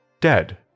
dead